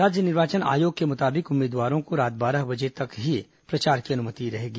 राज्य निर्वाचन आयोग के मुताबिक उम्मीदवारों को रात बारह बजे तक ही प्रचार की अनुमति रहेगी